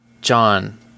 John